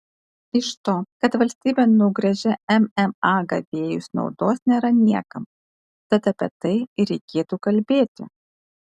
iš to kad valstybė nugręžia mma gavėjus naudos nėra niekam tad apie tai ir reikėtų kalbėti